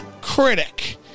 critic